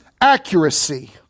accuracy